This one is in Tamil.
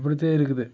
இப்படித்தான் இருக்குது